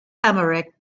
emeric